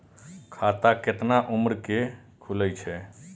खाता केतना उम्र के खुले छै?